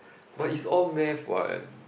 but is all math what